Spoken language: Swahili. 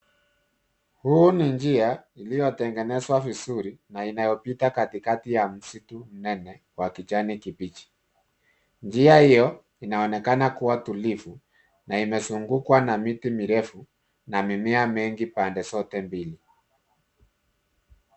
Hii ni njia iliyotengenezwa vizuri na inayopita katikati ya msitu mnene wa kijani kibichi. Njia hiyo inaonekana kuwa tulivu na imezungukwa na miti mirefu na mimea mengi pande zote mbili.